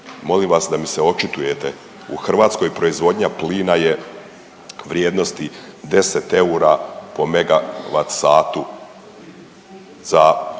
molim vas da mi se očitujete. U Hrvatskoj proizvodnja plina je vrijednosti 10 eura po megavatsatu, za